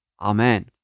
Amen